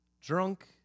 drunk